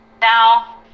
now